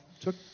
took